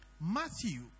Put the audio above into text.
Matthew